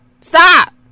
Stop